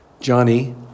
Johnny